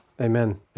amen